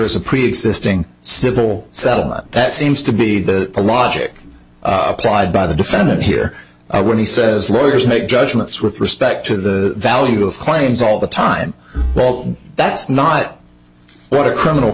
is a preexisting civil settlement that seems to be the logic applied by the defendant here when he says lawyers make judgments with respect to the value of claims all the time well that's not what a criminal